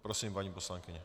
Prosím, paní poslankyně.